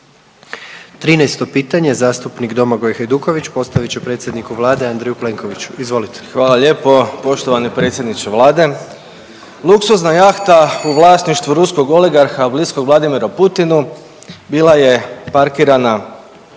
13. pitanje, zastupnik Domagoj Hajduković postavit će predsjedniku Vlade Andreju Plenkoviću, izvolite. **Hajduković, Domagoj (Socijaldemokrati)** Hvala lijepo poštovani predsjedniče Vlade. Luksuzna jahta u vlasništvu ruskog oligarha bliskog Vladimiru Putinu bila je parkirana